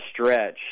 stretch